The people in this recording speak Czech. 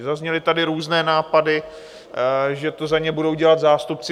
Zazněly tady různé nápady, že to za ně budou dělat zástupci.